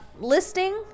listing